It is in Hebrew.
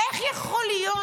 איך יכול להיות